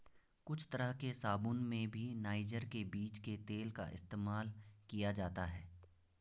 कुछ तरह के साबून में भी नाइजर के बीज के तेल का इस्तेमाल किया जाता है